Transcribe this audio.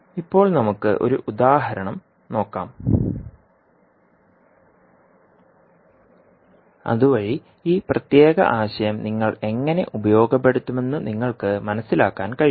ഇപ്പോൾ നമുക്ക് ഒരു ഉദാഹരണം നോക്കാം അതുവഴി ഈ പ്രത്യേക ആശയം നിങ്ങൾ എങ്ങനെ ഉപയോഗപ്പെടുത്തുമെന്ന് നിങ്ങൾക്ക് മനസിലാക്കാൻ കഴിയും